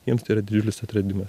jiems tai yra didelis atradimas